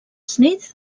smith